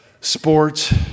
sports